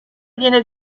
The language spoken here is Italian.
viene